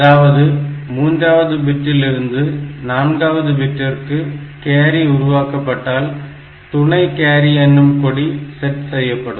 அதாவது மூன்றாவது பிட்டில் இருந்து நான்காவது பிட்டிற்கு கேரி உருவாக்கப்பட்டால் துணை கேரி எனும் கொடி செட் செய்யப்படும்